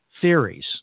theories